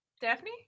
Daphne